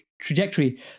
trajectory